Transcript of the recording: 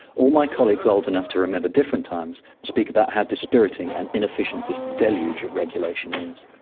all my colleagues old enough to remember different times speak about how dispiriting and inefficient this deluge of regulation is.